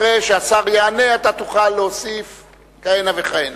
אחרי שהשר יענה, אתה תוכל להוסיף כהנה וכהנה.